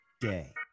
day